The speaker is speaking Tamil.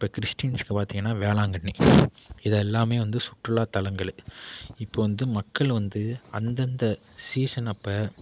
இப்போ கிறிஸ்டின்ஸுக்கு பார்த்திங்கன்னா வேளாங்கண்ணி இது எல்லாமே வந்து சுற்றுலா தலங்கள் இப்போது வந்து மக்கள் வந்து அந்தந்த சீசன் அப்போ